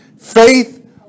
Faith